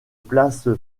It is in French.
place